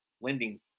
lending